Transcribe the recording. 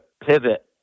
Pivot